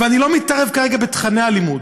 ואני לא מתערב כרגע בתוכני הלימוד,